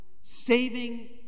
Saving